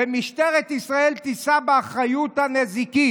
ומשטרת ישראל תישא באחריות הנזיקית".